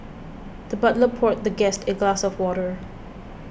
the butler poured the guest a glass of water